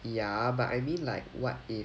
ya but I mean like what if